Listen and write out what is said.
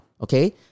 Okay